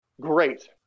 great